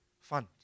fund